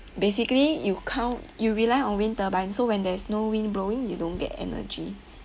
basically you count you rely on wind turbine so when there's no wind blowing you don't get energy